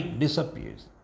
disappears